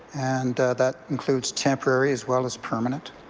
and that includes temporary as well as permanent,